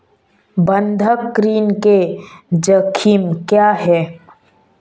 बंधक ऋण के जोखिम क्या हैं?